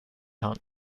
hunt